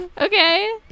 okay